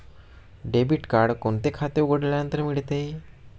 Debit card कोणते खाते उघडल्यानंतर मिळते?